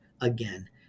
again